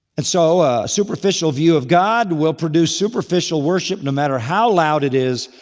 and so a superficial view of god will produce superficial worship no matter how loud it is,